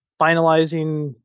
finalizing